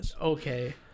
Okay